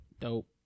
dope